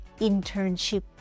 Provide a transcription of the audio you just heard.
internship